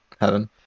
heaven